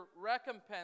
...recompense